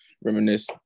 reminisce